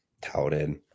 touted